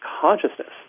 consciousness